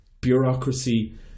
bureaucracy